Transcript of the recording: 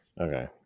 okay